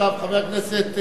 חבר הכנסת,